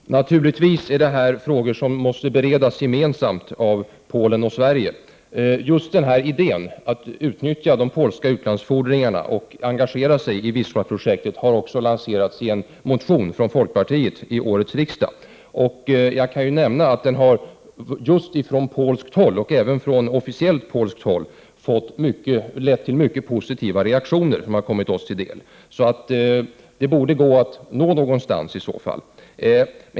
Herr talman! Naturligtvis är detta frågor som måste beredas gemensamt av Polen och Sverige. Just idén att utnyttja de polska utlandsskulderna och att engagera sig i Wisla-projektet har också lanserats i en motion från folkpartiet till årets riksdag. Jag kan nämna att den motionen just från polskt håll — även från officiellt polskt håll lett till mycket positiva reaktioner som kommit oss till del. Det borde gå att nå resultat.